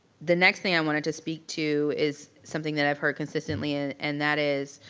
the next thing i wanted to speak to is something that i've heard consistently ah and that is,